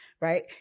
Right